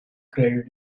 credit